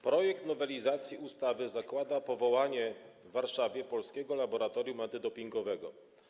Projekt nowelizacji ustawy zakłada powołanie w Warszawie Polskiego Laboratorium Antydopingowego.